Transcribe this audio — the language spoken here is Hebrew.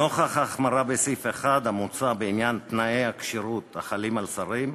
נוכח ההחמרה בסעיף 1 המוצע בעניין תנאי הכשירות החלים על שרים,